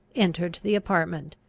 entered the apartment.